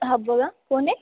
हा बोला कोण आहे